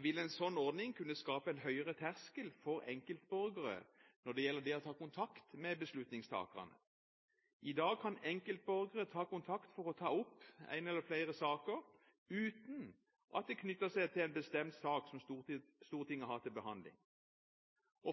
vil en slik ordning kunne skape en høyere terskel for enkeltborgere når det gjelder å ta kontakt med beslutningstakerne. I dag kan enkeltborgere ta kontakt for å ta opp en eller flere saker, uten at det knytter seg til en bestemt sak som Stortinget har til behandling.